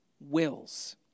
wills